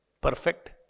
perfect